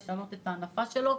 לשנות את הנפה שלו,